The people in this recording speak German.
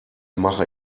mache